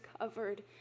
covered